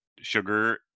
sugar